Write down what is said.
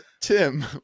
tim